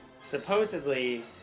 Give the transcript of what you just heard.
supposedly